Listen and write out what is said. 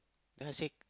then I say